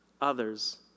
Others